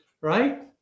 right